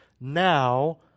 now